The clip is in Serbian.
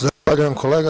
Zahvaljujem kolega.